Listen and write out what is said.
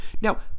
Now